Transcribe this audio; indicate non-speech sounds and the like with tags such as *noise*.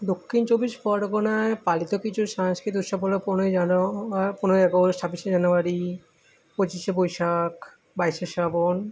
দক্ষিণ চব্বিশ পরগনায় পালিত কিছু সাংস্কৃতিক উৎসব হল পনেরোই *unintelligible* পনেরোই আগস্ট ছাব্বিশে জানুয়ারি পঁচিশে বৈশাখ বাইশে শ্রাবণ